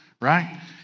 right